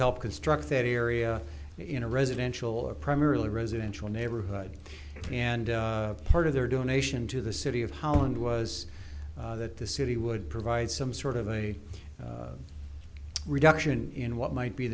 help construct that area in a residential or primarily residential neighborhood and part of their donation to the city of holland was that the city would provide some sort of a reduction in what might be